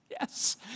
Yes